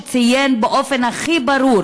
שמציין באופן הכי ברור